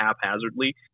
haphazardly